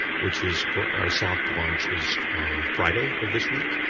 which is our soft launch is friday of this week.